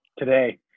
today